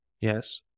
Yes